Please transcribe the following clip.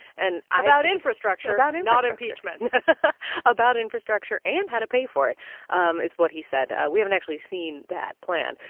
and. about infrastructure, and not impeachment about infrastructure and how to pay for it um is what he said. we haven't actually seen that plan.